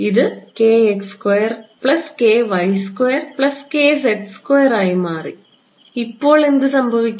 ഇത് ആയിമാറി ഇപ്പോൾ എന്തു സംഭവിക്കും